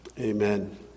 Amen